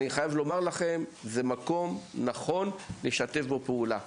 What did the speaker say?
אני חייב לומר לכם, זה מקום נכון לשתף בו פעולה.